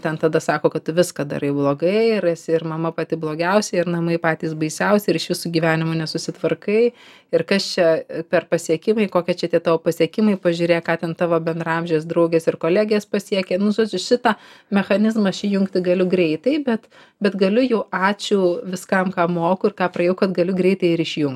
ten tada sako kad tu viską darai blogai ir esi ir mama pati blogiausia ir namai patys baisiausi išvis su gyvenimu nesusitvarkai ir kas čia per pasiekimai kokia čia tie tavo pasiekimai pažiūrėk ką ten tavo bendraamžės draugės ir kolegės pasiekė nu žodžiu šitą mechanizmą aš įjungti galiu greitai bet bet galiu jau ačiū viskam ką moku ir ką praėjau kad galiu greitai ir išjungt